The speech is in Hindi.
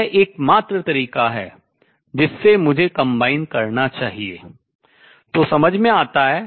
यह एकमात्र तरीका है जिससे मुझे combine संयोजित करना चाहिए जो समझ में आता है